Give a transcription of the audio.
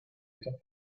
estos